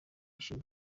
ishimwe